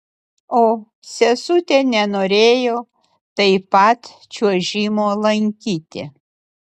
o sesutė nenorėjo taip pat čiuožimo lankyti